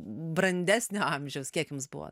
brandesnio amžiaus kiek jums buvo